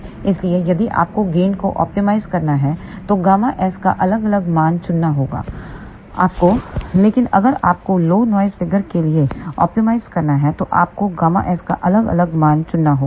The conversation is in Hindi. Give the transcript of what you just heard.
इसलिए यदि आपको गेन को ऑप्टिमाइज़ करना है तो ΓS का अलग अलग मान चुनना होगा आपको लेकिन अगर आपको लो नॉइस फिगर के लिए ऑप्टिमाइज़ करना है तो आपको ΓS का अलग अलग मान चुनना होगा